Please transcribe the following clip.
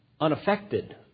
unaffected